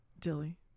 Dilly